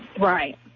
right